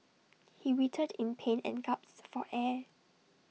he writhed in pain and gasped for air